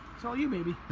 it's all you, baby.